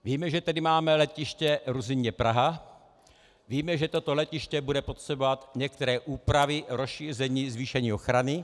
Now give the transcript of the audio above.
Víme, že tedy máme Letiště Ruzyně Praha, víme, že toto letiště bude potřebovat některé úpravy, rozšíření a zvýšení ochrany.